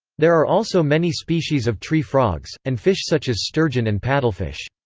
there are also many species of tree frogs, and fish such as sturgeon and paddlefish.